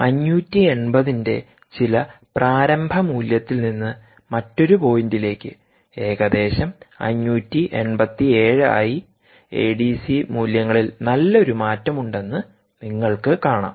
580 ന്റെ ചില പ്രാരംഭ മൂല്യത്തിൽ നിന്ന് മറ്റൊരു പോയിന്റിലേക്ക് ഏകദേശം 587 ആയിഎഡിസി മൂല്യങ്ങളിൽ നല്ലൊരു മാറ്റമുണ്ടെന്ന് നിങ്ങൾക്ക് കാണാം